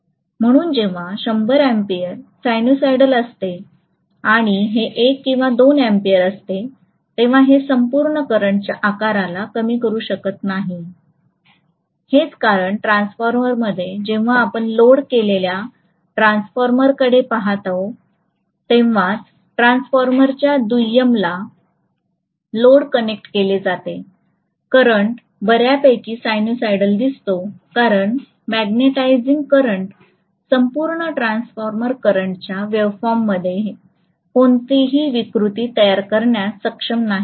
म्हणून जेव्हा १०० ampere sinusoid असते आणि हे १ किंवा २ अँपिअर असते तेव्हा हे संपूर्ण करंटच्या आकाराला कमी करू शकत नाही हेच कारण ट्रान्सफॉर्मरमध्ये जेव्हा आपण लोड केलेल्या ट्रान्सफॉर्मरकडे पाहता तेव्हाच ट्रान्सफॉर्मरच्या दुय्यमला लोड कनेक्ट केले जाते करंट बऱ्यापैकी सायनुसायडल दिसतो कारण मॅग्नेटिझिंग करंट संपूर्ण ट्रान्सफॉर्मर करंटच्या वेव्हफॉर्ममध्ये कोणतीही विकृती तयार करण्यास सक्षम नाही